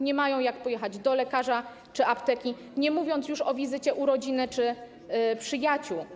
Nie mają jak pojechać do lekarza czy apteki, nie mówiąc już o wizycie u rodziny czy przyjaciół.